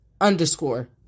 underscore